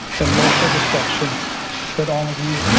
and emotional disruption that all of you